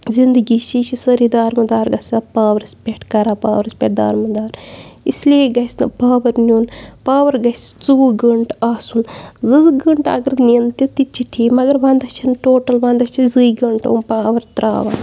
زِندگی چھِ یہِ چھِ سٲری دارمدار گژھان پاورَس پٮ۪ٹھ کَران پاورَس پٮ۪ٹھ دارمدار اِسلیے گَژھِ نہٕ پاوَر نیُن پاوَر گَژھِ ژوٚوُہ گٲنٛٹہٕ آسُن زٕ زٕ گٲنٛٹہٕ اَگَر نِنۍ تہِ تِتہِ چھِ ٹھیٖک مگر وَنٛدَس چھِنہٕ ٹوٹَل وَنٛدَس چھِ زٕے گٲنٛٹہٕ یِم پاوَر ترٛاوان